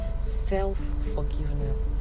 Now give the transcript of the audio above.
self-forgiveness